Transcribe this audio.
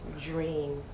dream